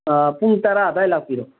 ꯄꯨꯡ ꯇꯔꯥ ꯑꯗꯥꯏ ꯂꯥꯛꯄꯤꯔꯣ